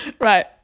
Right